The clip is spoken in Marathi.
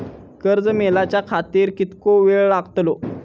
कर्ज मेलाच्या खातिर कीतको वेळ लागतलो?